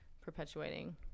perpetuating